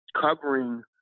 covering